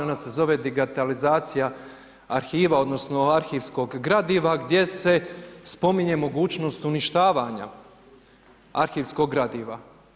Ona se zove digitalizacija arhiva odnosno arhivskog gradiva, gdje se spominje mogućnost uništavanja arhivskog gradiva.